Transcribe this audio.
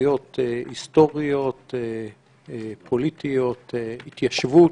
זכויות היסטוריות, פוליטיות, התיישבות,